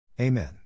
Amen